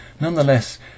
nonetheless